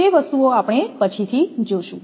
તે વસ્તુઓ આપણે પછીથી જોશું